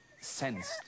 sensed